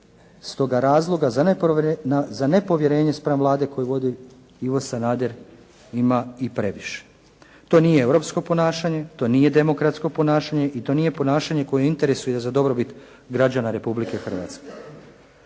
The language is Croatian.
Stoga razloga za nepovjerenje spram Vlade koju vodi Ivo Sanader ima i previše. To nije europsko ponašanje, to nije demokratsko ponašanje i to nije ponašanje koje je u interesu i za dobrobit građana Republike Hrvatske.